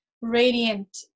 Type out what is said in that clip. radiant